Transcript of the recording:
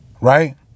Right